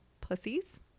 pussies